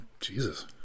Jesus